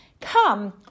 come